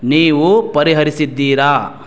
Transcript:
ನೀವು ಪರಿಹರಿಸಿದ್ದೀರಾ